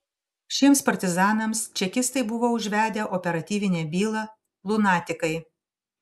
šiems partizanams čekistai buvo užvedę operatyvinę bylą lunatikai